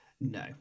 No